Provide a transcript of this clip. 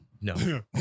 No